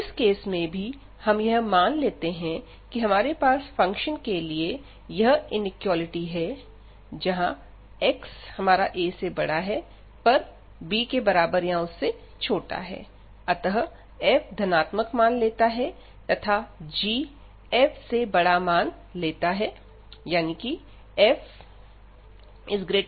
इस केस में भी हम यह मान लेते हैं कि हमारे पास फंक्शन के लिए यह इनक्वॉलिटी है जहां ax≤b अतः f धनात्मक मान लेता है तथा g f से बड़ा मान लेता है 0≤f≤g